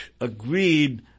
agreed